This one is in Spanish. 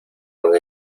con